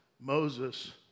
Moses